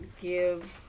give